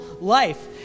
life